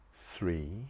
three